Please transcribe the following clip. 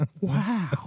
Wow